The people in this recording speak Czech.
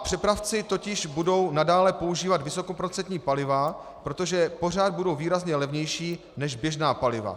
Přepravci totiž budou nadále používat vysokoprocentní paliva, protože pořád budou výrazně levnější než běžná paliva.